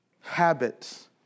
habits